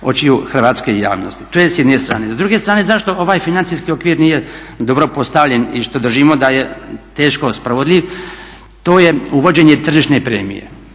očiju hrvatske javnosti. To je s jedne strane. S druge strane, zašto ovaj financijski okvir nije dobro postavljen i što držimo da je teško sprovodljiv, to je uvođenje tržišne premije.